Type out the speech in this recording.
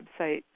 website